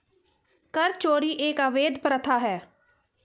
कर चोरी एक अवैध प्रथा है